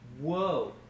whoa